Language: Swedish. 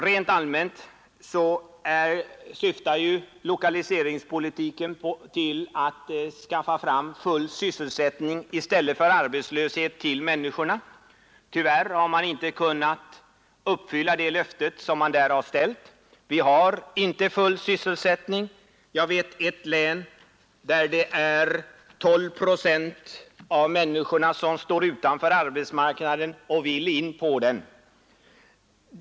Rent allmänt syftar lokaliseringspolitiken till att skapa sysselsättningsmöjligheter för de arbetslösa, men tyvärr har man inte kunnat uppfylla de löften man där ställt. Vi har inte nu full sysselsättning. Jag vet exempelvis att i ett län står 12 procent av människorna utanför arbetsmarknaden och vill in på den.